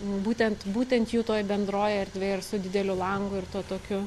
būtent būtent jų toj bendroj erdvėj ir su dideliu langu ir tuo tokiu